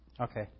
Okay